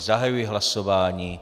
Zahajuji hlasování.